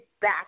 back